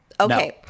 Okay